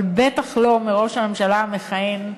אבל בטח לא מראש הממשלה המכהן,